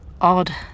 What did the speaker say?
odd